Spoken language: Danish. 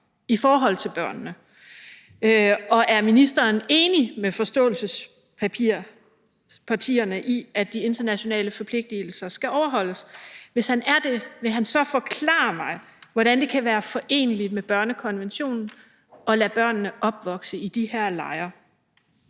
for børnene? Og er ministeren enig med partierne bag forståelsespapiret i, at de internationale forpligtelser skal overholdes? Hvis han er det, vil han så forklare mig, hvordan det kan være foreneligt med børnekonventionen at lade børnene opvokse i de her lejre?